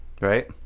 right